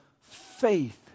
faith